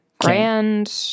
grand